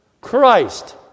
Christ